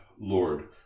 Lord